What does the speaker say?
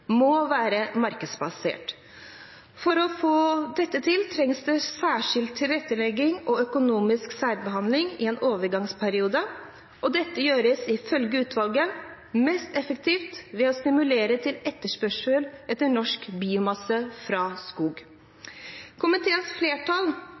må være markedsbasert. For å få til dette trengs det særskilt tilrettelegging og økonomisk særbehandling i en overgangsperiode, og dette gjøres ifølge utvalget mest effektivt ved å stimulere til etterspørsel etter norsk biomasse fra